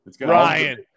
ryan